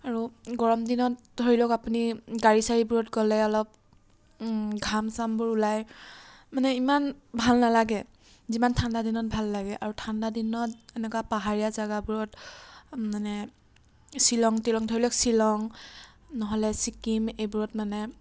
আৰু গৰমদিনত ধৰি লওক আপুনি গাড়ী চাৰিবোৰত গ'লে অলপ ঘাম চামবোৰ ওলাই মানে ইমান ভাল নালাগে যিমান ঠাণ্ডাদিনত ভাল লাগে আৰু ঠাণ্ডাদিনত এনেকুৱা পাহাৰীয়া জেগাবোৰত মানে শ্বিলং টিলং ধৰি লওক শ্বিলং নহ'লে চিকিম এইবোৰত মানে